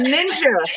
Ninja